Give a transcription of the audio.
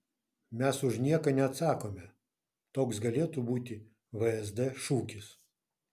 mes už nieką neatsakome toks galėtų būti vsd šūkis